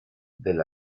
del